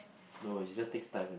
no is just takes time only